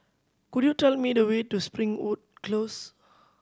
could you tell me the way to Springwood Close